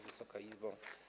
Wysoka Izbo!